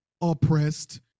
oppressed